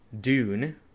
Dune